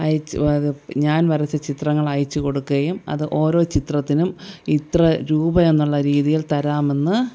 അയച്ചു അത് ഞാൻ വരച്ച ചിത്രങ്ങൾ അയച്ചു കൊടുക്കുകയും അത് ഓരോ ചിത്രത്തിനും ഇത്ര രൂപയെന്നുള്ള രീതിയിൽ തരാമെന്ന്